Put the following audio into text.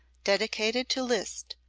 dedicated to liszt,